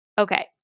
Okay